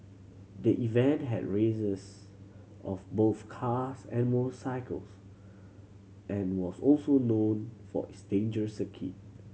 the event had races of both cars and motorcycles and was also known for its dangerous circuit